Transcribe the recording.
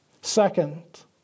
Second